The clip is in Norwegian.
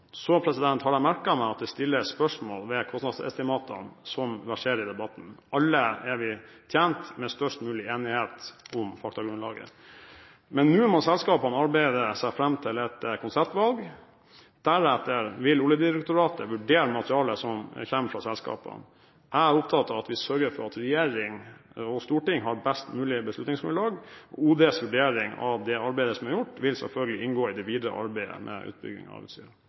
Så har jeg merket meg at det stilles spørsmål ved kostnadsestimatene som verserer i debatten. Alle er vi tjent med størst mulig enighet om faktagrunnlaget. Men nå må selskapene arbeide seg fram til et konseptvalg, deretter vil Oljedirektoratet vurdere materialet som kommer fra selskapene. Jeg er opptatt av at vi sørger for at regjering og storting har best mulig beslutningsgrunnlag. Oljedirektoratets vurdering av det arbeidet som er gjort, vil selvfølgelig inngå i det videre arbeidet med utbyggingen av